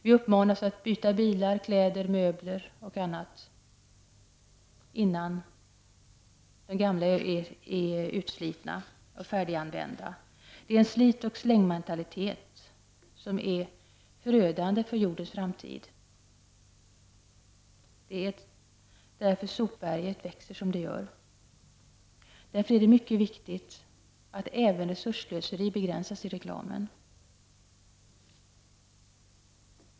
Vi uppmanas att byta bilar, kläder, möbler och annat innan de gamla är utslitna och färdiganvända. Det är en slit-och-släng-mentalitet som är förödande för jordens framtid. Det är därför sopberget växer som det gör. Därför är det mycket viktigt att även resursslöseriet begränsas i reklamen.